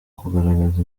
kugaragaza